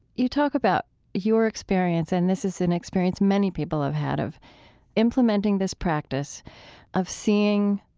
you talk about your experience and this is an experience many people have had of implementing this practice of seeing,